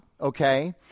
okay